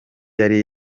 yari